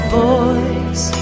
voice